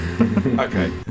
Okay